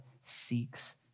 seeks